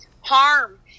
harm